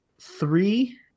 Three